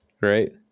right